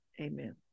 amen